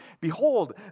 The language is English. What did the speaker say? Behold